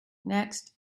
next